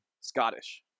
Scottish